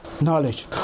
knowledge